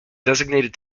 designated